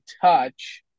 touch